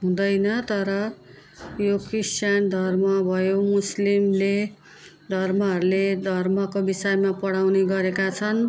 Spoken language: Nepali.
हुँदैन तर यो क्रिस्चियन धर्म भयो मुसलिमले धर्महरूले धर्मको विषयमा पढाउने गरेका छन्